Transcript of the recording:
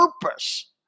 purpose